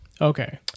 okay